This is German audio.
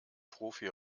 profi